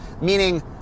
meaning